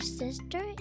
sister